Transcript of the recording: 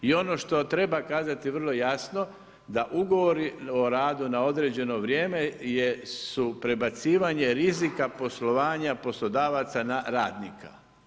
I ono što treba kazati vrlo jasno, da u govor o radu na određeno vrijeme, jesu prebacivanje rizika poslovanja poslodavaca na radnika.